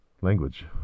language